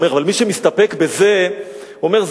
הוא אומר,